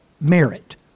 merit